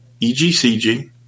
EGCG